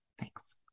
thanks